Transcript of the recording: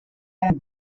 and